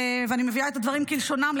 אני מביאה את הדברים כלשונם,